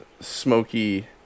smoky